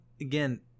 again